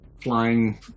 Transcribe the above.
flying